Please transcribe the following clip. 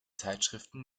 zeitschriften